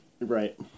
Right